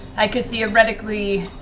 i could theoretically